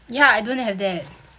ya I don't have that